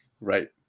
Right